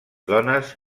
dones